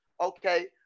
Okay